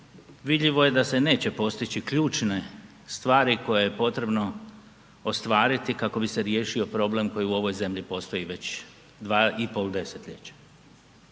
vidljivo je da se neće postići ključne stvari koje je potrebno ostvariti kako bi se riješio problem koji u ovoj zemlji postoji već 2 pol desetljeća.